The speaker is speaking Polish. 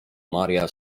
maria